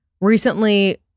recently